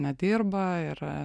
nedirba ir